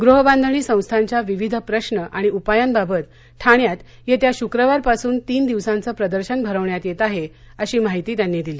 गृहबांधणी संस्थांच्या विविध प्रश्न आणि उपायांबाबत ठाण्यात येत्या शुक्रवारपासून तीन दिवसांचं प्रदर्शन भरवण्यात येत आहे अशी माहिती त्यांनी दिली